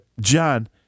John